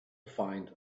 find